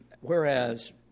whereas